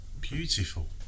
beautiful